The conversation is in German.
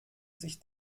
sich